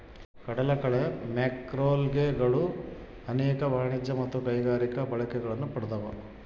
ಕಡಲಕಳೆ ಮ್ಯಾಕ್ರೋಲ್ಗೆಗಳು ಅನೇಕ ವಾಣಿಜ್ಯ ಮತ್ತು ಕೈಗಾರಿಕಾ ಬಳಕೆಗಳನ್ನು ಪಡ್ದವ